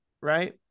Right